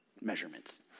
measurements